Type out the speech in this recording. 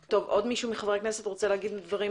אדוני.